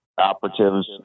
operatives